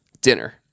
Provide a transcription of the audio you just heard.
dinner